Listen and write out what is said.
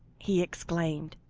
he exclaimed,